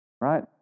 Right